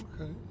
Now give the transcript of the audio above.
Okay